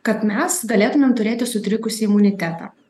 kad mes galėtumėm turėti sutrikusį imunitetą